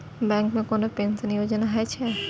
Bank मे कोनो pension योजना छै?